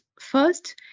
First